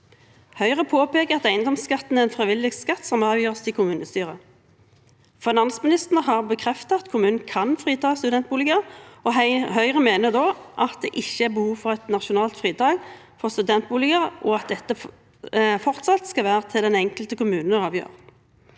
Høyre påpeker at eiendomsskatten er en frivillig skatt som avgjøres av kommunestyrene. Finansministeren har bekreftet at kommunene kan frita studentboliger, og Høyre mener da at det ikke er behov for et nasjonalt fritak for studentboliger, og at dette fortsatt skal være opp til den enkelte kommune å avgjøre.